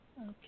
Okay